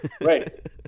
Right